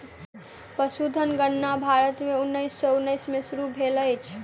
पशुधन गणना भारत में उन्नैस सौ उन्नैस में शुरू भेल अछि